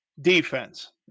defense